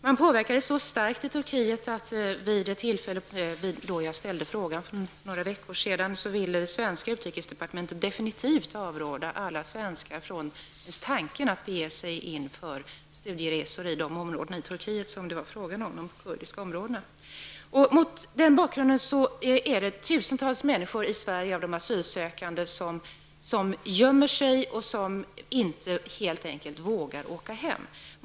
I Turkiet har man påverkats så starkt att vid den tidpunkt för några veckor sedan, då jag ställde frågan avrådde det svenska utrikesdepartementet definitivt alla svenskar att ens tänka tanken att bege sig på studieresa till de områden i Turkiet som det var fråga om, de kurdiska områdena. Mot den bakgrunden gömmer sig tusentals av de asylsökande människorna i Sverige, för att de helt enkelt inte vågar åka hem.